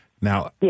Now